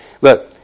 look